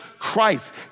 Christ